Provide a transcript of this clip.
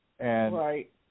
Right